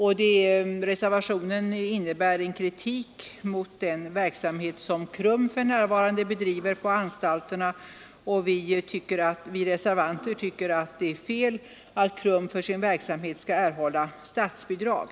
Reservationen innebär en kritik mot den verksamhet som KRUM för närvarande bedriver på anstalterna; vi reservanter tycker att det är fel att KRUM för sin verksamhet skall erhålla statsbidrag.